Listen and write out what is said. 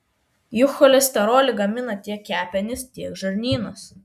juk cholesterolį gamina tiek kepenys tiek žarnynas